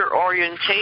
orientation